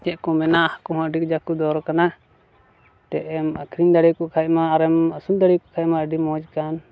ᱪᱮᱫ ᱠᱚ ᱢᱮᱱᱟ ᱦᱟᱹᱠᱩ ᱦᱚᱸ ᱟᱹᱰᱤ ᱠᱟᱡᱟᱠ ᱠᱚ ᱫᱚᱨ ᱠᱟᱱᱟ ᱛᱮᱜ ᱮᱢ ᱟᱹᱠᱷᱨᱤᱧ ᱫᱟᱲᱮ ᱠᱚ ᱠᱷᱟᱡᱢᱟ ᱟᱨ ᱮᱢ ᱟᱹᱥᱩᱞ ᱫᱟᱲᱮ ᱠᱚ ᱠᱷᱟᱡᱢᱟ ᱟᱹᱰᱤ ᱢᱚᱡᱽ ᱠᱟᱱ